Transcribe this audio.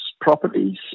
properties